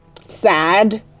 sad